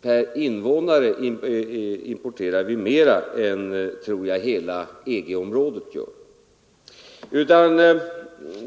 per invånare mer, tror jag, än hela EG-området gör.